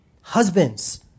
Husbands